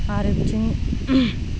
आरो बिथिं